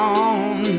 on